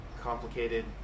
complicated